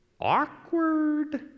Awkward